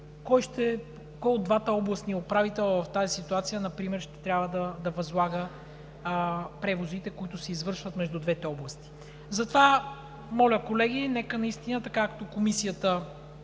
кой от двата областни управителя в тази ситуация например ще трябва да възлага превозите, които се извършват между двете области? Затова моля, колеги, нека наистина, както Комисията